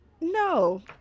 No